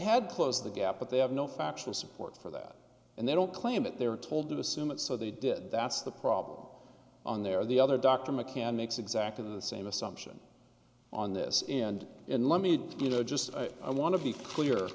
had closed the gap but they have no factual support for that and they don't claim that they were told to assume it so they did that's the problem on their the other doctor mechanics exactly the same assumption on this end and let me you know just i want to be clear